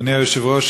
אדוני היושב-ראש,